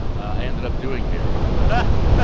i ended up doing hair when i left school